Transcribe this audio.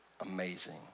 Amazing